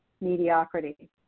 mediocrity